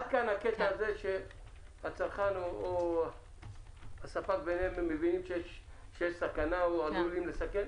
עד כאן הקטע הזה שהצרכן והספק מבינים שיש סכנה או עלולה להיות סכנה.